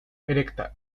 erecta